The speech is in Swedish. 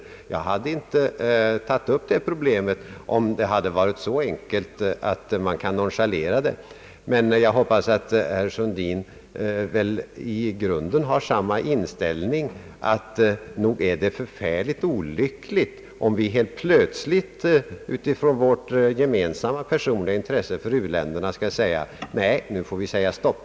Jag hade inte tagit upp det problemet, om det hade varit så enkelt att man kan nonchalera det. Jag hoppas att herr Sundin väl i grunden har samma inställning, att nog vore det förfärligt olyckligt om vi helt plötsligt, utifrån vårt gemensamma personliga intresse för u-länderna, skall säga: Nej, nu får vi säga stopp!